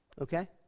Okay